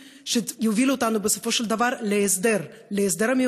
שיובילו אותנו בסופו של דבר להסדר המיוחל,